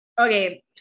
Okay